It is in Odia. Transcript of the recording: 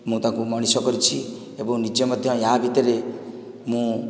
ମୁଁ ତାଙ୍କୁ ମଣିଷ କରିଛି ଏବଂ ନିଜେ ମଧ୍ୟ ଏହା ଭିତରେ ମୁଁ